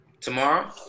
Tomorrow